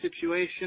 situation